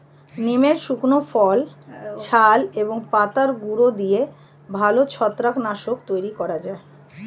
নিমের শুকনো ফল, ছাল এবং পাতার গুঁড়ো দিয়ে ভালো ছত্রাক নাশক তৈরি করা যায়